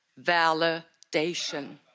validation